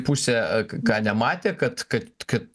pusė k ką nematė kad kad kad